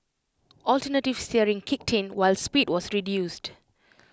alternative steering kicked in while speed was reduced